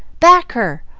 back her!